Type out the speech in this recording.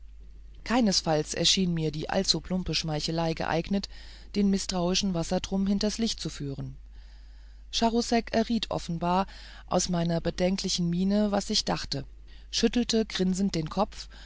keinesfalls schien mir die allzuplumpe schmeichelei geeignet den mißtrauischen wassertrum hinters licht zu führen charousek erriet offenbar aus meiner bedenklichen miene was ich dachte schüttelte grinsend den kopf